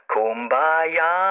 Kumbaya